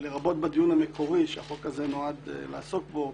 לרבות בדיון המקורי שהחוק הזה נועד לעסוק בו,